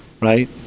right